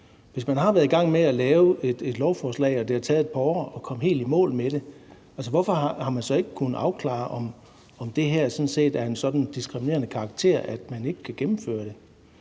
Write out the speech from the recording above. Hvis man har været i gang med at lave et lovforslag og det har taget et par år at komme helt i mål med det, hvorfor har man så ikke kunnet afklare, om det her sådan set er af en sådan diskriminerende karakter, at man ikke kan gennemføre det?